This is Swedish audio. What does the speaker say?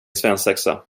svensexa